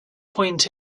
point